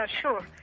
sure